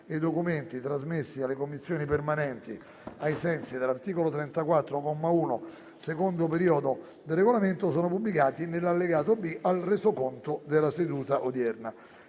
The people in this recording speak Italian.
i documenti trasmessi alle Commissioni permanenti ai sensi dell'articolo 34, comma 1, secondo periodo, del Regolamento sono pubblicati nell'allegato B al Resoconto della seduta odierna.